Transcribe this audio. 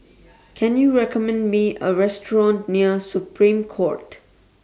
Can YOU recommend Me A Restaurant near Supreme Court